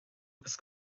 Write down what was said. agus